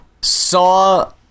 saw